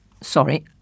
sorry